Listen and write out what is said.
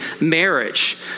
marriage